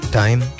time